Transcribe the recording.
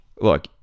look